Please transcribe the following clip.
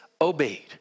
obeyed